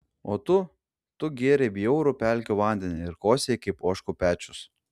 o tu tu gėrei bjaurų pelkių vandenį ir kosėjai kaip ožkų pečius